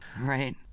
right